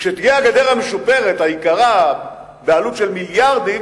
כשתהיה הגדר המשופרת, היקרה, בעלות של מיליארדים,